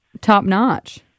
top-notch